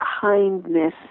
kindness